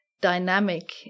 dynamic